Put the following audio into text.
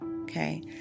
Okay